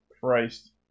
Christ